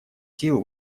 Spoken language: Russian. сил